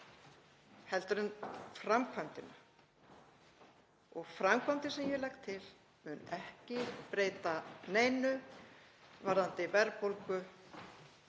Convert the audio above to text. heldur en framkvæmdina og framkvæmdin sem ég legg til mun ekki breyta neinu varðandi verðbólgu